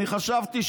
אני חשבתי,